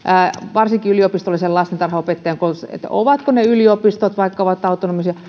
varsinkin yliopistollista lastentarhanopettajain koulutusta ovatko ne yliopistot vaikka ovat autonomisia